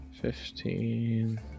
fifteen